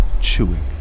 chewing